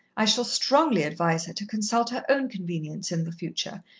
i shall strongly advise her to consult her own convenience in the future,